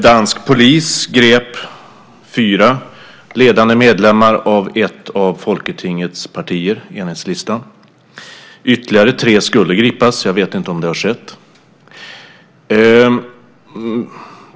Dansk polis grep fyra ledande medlemmar av ett av Folketingets partier, Enhedslisten. Ytterligare tre skulle gripas; jag vet inte om det har skett.